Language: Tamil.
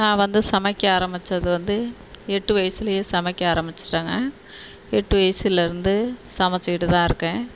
நான் வந்து சமைக்க ஆரம்பிச்சது வந்து எட்டு வயசுலேயே சமைக்க ஆரம்பிச்சிட்டேங்க எட்டு வயசுலேருந்து சமைச்சிக்கிட்டு தான் இருக்கேன்